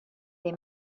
they